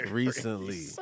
recently